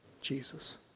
Jesus